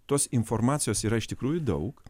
tos informacijos yra iš tikrųjų daug